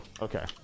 Okay